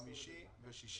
חמישי ושישי,